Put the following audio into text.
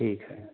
ٹھیک ہے